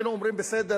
היינו אומרים: בסדר,